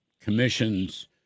Commission's